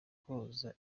koza